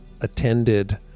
attended